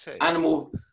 Animal